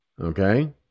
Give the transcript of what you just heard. Okay